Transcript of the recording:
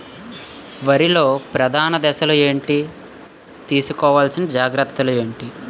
వరిలో ప్రధాన దశలు ఏంటి? తీసుకోవాల్సిన జాగ్రత్తలు ఏంటి?